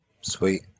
Sweet